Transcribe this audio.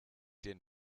den